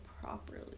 properly